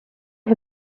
for